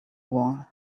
wall